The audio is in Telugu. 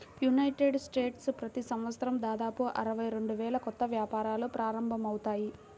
యునైటెడ్ స్టేట్స్లో ప్రతి సంవత్సరం దాదాపు అరవై రెండు వేల కొత్త వ్యాపారాలు ప్రారంభమవుతాయి